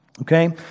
Okay